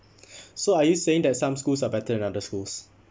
so are you saying that some schools are better than other schools